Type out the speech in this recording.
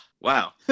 Wow